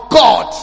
god